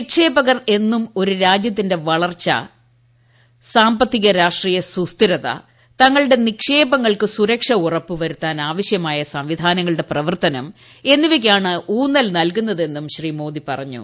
നിക്ഷേപകർ എന്നും ഒരു രാജ്യത്തിന്റെ വളർച്ച സാമ്പത്തിക രാഷ്ട്രീയ സുസ്ഥിരത തങ്ങളുടെ നിക്ഷേപങ്ങൾക്ക് സുരക്ഷ ഉറപ്പ് വരുത്താനാവശ്യമായ സംവിധാനങ്ങളുടെ പ്രവർത്തനം എന്നിവയ്ക്കാണ് ഊൌന്നൽ നൽകുന്നതെന്നും ശ്രീ മോദി പറഞ്ഞു